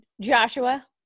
Joshua